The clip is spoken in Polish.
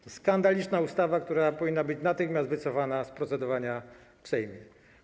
To skandaliczna ustawa, która powinna być natychmiast wycofana z procedowania w Sejmie.